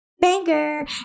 banger